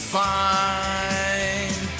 fine